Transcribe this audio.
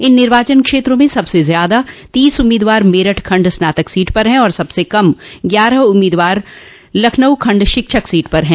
इन निर्वाचन क्षेत्रों में सबसे ज्यादा तीस उम्मीदवार मेरठ खंड स्नातक सीट पर है और सबसे कम ग्यारह उम्मीदवार लखनऊ खंड शिक्षक सीट पर है